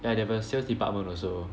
ya they have a sales department also